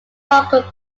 local